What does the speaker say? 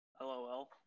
LOL